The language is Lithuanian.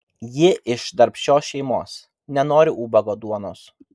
ji iš darbščios šeimos nenori ubago duonos